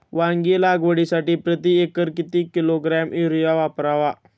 वांगी लागवडीसाठी प्रती एकर किती किलोग्रॅम युरिया वापरावा?